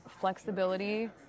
flexibility